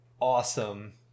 awesome